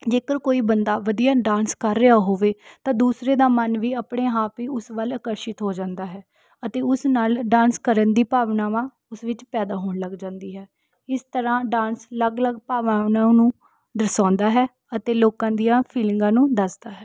ਜੇਕਰ ਕੋਈ ਬੰਦਾ ਵਧੀਆ ਡਾਂਸ ਕਰ ਰਿਹਾ ਹੋਵੇ ਤਾਂ ਦੂਸਰੇ ਦਾ ਮਨ ਵੀ ਆਪਣੇ ਆਪ ਹੀ ਉਸ ਵੱਲ ਆਕਰਸ਼ਿਤ ਹੋ ਜਾਂਦਾ ਹੈ ਅਤੇ ਉਸ ਨਾਲ ਡਾਂਸ ਕਰਨ ਦੀ ਭਾਵਨਾਵਾਂ ਉਸ ਵਿੱਚ ਪੈਦਾ ਹੋਣ ਲੱਗ ਜਾਂਦੀ ਹੈ ਇਸ ਤਰ੍ਹਾਂ ਡਾਂਸ ਅਲੱਗ ਅਲੱਗ ਭਾਵਨਾਵਾਂ ਨੂੰ ਦਰਸਾਉਂਦਾ ਹੈ ਅਤੇ ਲੋਕਾਂ ਦੀਆਂ ਫੀਲਿੰਗਾਂ ਨੂੰ ਦੱਸਦਾ ਹੈ